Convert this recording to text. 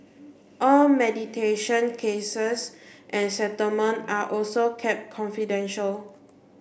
all mediation cases and settlement are also kept confidential